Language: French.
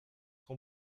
son